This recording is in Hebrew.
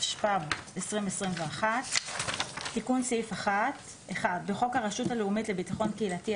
התשפ"ב 2022 תיקון סעיף 1 1. בחוק הרשות הלאומית לביטחון קהילתי,